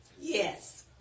Yes